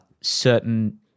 certain